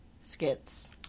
Skits